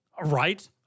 right